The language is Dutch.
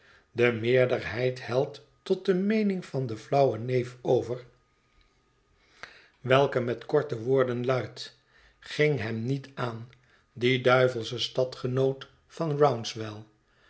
de meerderheid helt tot de meening van den ilauwen neef over welke met korte woorden luidt ging hem niet aan die duivelsche stadgenoot van rouncewell